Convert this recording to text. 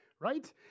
right